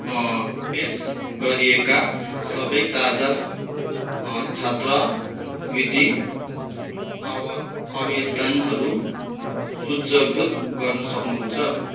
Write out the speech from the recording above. पेस गरिएका सबै ताजार छात्रवृत्ति आव आवेदनहरू सुच्चबुत गर्नु सक्नुहुन्छ